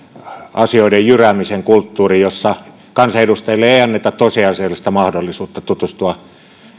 asioiden jyräämisen kulttuuri jossa kansanedustajille ei ei anneta tosiasiallista mahdollisuutta tutustua